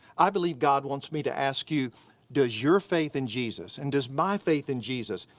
i believe god wants me to ask you does your faith in jesus, and does my faith in jesus,